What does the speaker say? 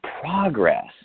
progress